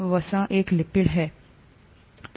वसा एक लिपिड है